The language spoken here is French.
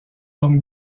donc